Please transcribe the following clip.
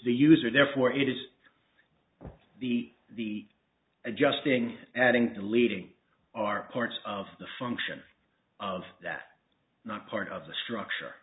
the user therefore it is the the adjusting adding deleting are part of the function of that not part of the structure